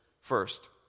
first